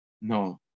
No